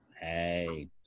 Hey